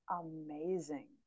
amazing